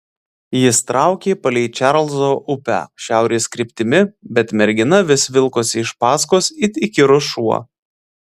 jis traukė palei čarlzo upę šiaurės kryptimi bet mergina vis vilkosi iš paskos it įkyrus šuo